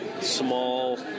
small